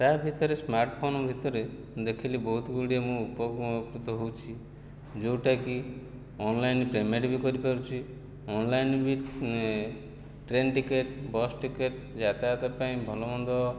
ତା ଭିତରେ ସ୍ମାର୍ଟଫୋନ ଭିତରେ ଦେଖିଲି ବହୁତ ଗୁଡ଼ିଏ ମୁଁ ଉପକୃତ ହେଉଛି ଯେଉଁଟାକି ଅନଲାଇନ ପେମେଣ୍ଟ ବି କରିପାରୁଛି ଅନଲାଇନ ବି ଟ୍ରେନ୍ ଟିକେଟ ବସ୍ ଟିକେଟ ଯାତାୟାତ ପାଇଁ ଭଲ ମନ୍ଦ